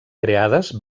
creades